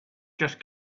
just